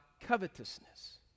covetousness